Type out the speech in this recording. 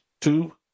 two